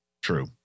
True